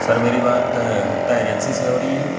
سر میری بات گپتا ایجنسی سے ہو رہی ہے